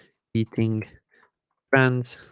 eating friends